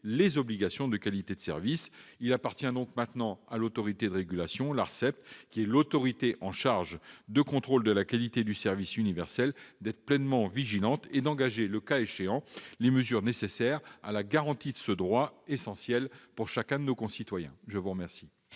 ses obligations de qualité de service. Il appartient à présent à l'autorité de régulation, l'ARCEP, qui est l'autorité chargée du contrôle de la qualité du service universel, d'être pleinement vigilante et d'engager, le cas échéant, les mesures nécessaires à la garantie de ce droit essentiel pour chacun de nos concitoyens. La parole